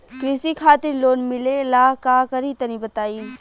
कृषि खातिर लोन मिले ला का करि तनि बताई?